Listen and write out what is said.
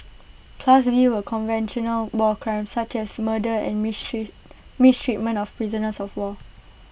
class B were conventional war crimes such as murder and mistreat mistreatment of prisoners of war